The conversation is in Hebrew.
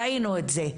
ראינו את זה,